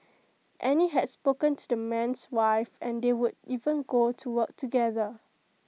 Annie had spoken to the man's wife and they would even go to work together